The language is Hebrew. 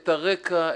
את הרקע,